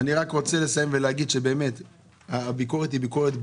אני רק רוצה לסיים ולהגיד שהביקורת היא ביקורת בונה.